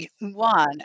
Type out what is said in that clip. One